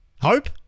hope